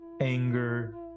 anger